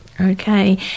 Okay